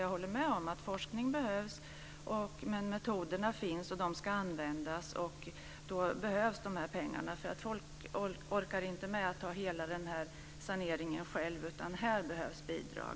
Jag håller med om att forskning behövs, men metoderna finns och de ska användas. Då behövs de här pengarna, för människor orkar inte med hela den här saneringen själva. Här behövs bidrag.